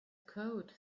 code